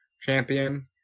champion